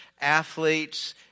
athletes